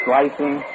Slicing